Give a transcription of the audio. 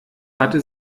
hatte